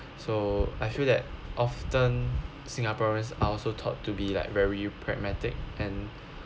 so I feel that often singaporeans are also taught to be like very pragmatic and